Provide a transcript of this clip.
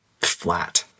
flat